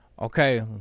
Okay